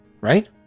Right